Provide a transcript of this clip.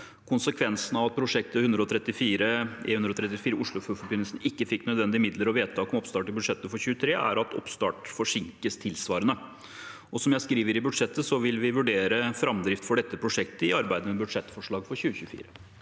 Konsekvensen av at prosjektet E134 Oslofjordforbindelsen ikke fikk nødvendige midler og vedtak om oppstart i budsjettet for 2023, er at oppstarten forsinkes tilsvarende. Som jeg skriver i budsjettet, vil vi vurdere framdrift for dette prosjektet i arbeidet med budsjettforslag for 2024.